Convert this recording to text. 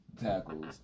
tackles